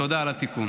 תודה על התיקון.